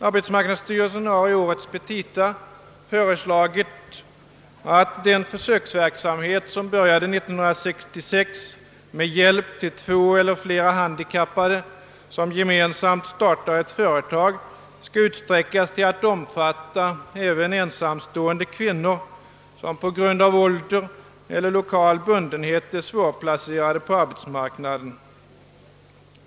Arbetsmarknadsstyrelsen har i årets petita föreslagit att den försöksverksamhet med hjälp till två eller flera handikappade som gemensamt startar ett företag, en försöksverksamhet som påbörjades 1966, skall utsträckas till att omfatta även ensamstående kvinnor som på grund av ålder eller lokal bundenhet är svårplacerade på arbetsmarknaden.